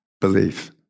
belief